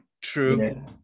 true